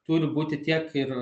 turi būti tiek ir